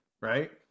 right